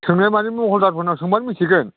सोंनाय माने महलदारफोरनाव सोंबानो मिथिगोन